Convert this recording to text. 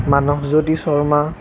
Manasjyoti Sharma